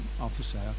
officer